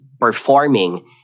performing